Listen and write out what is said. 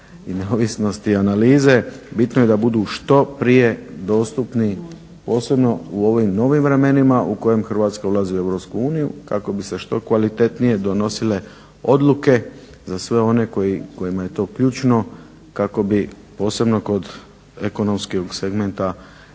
i neovisnosti analize, bitno je da budu što prije dostupni, posebno u ovim novim vremenima u kojim Hrvatska ulazi u Europsku uniju kako bi se što kvalitetnije donosile odluke za sve one kojima je to ključno kako bi posebno kod ekonomskog segmenta